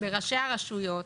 בראשי הרשויות,